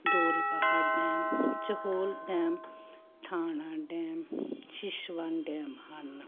Dholbaha dam Chohal dam Thana dam Shishwan dam ਹਨ